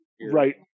right